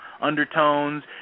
undertones